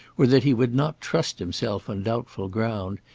or that he would not trust himself on doubtful ground,